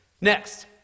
Next